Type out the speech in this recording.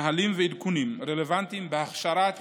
נהלים ועדכונים רלוונטיים בהכשרת